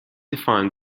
define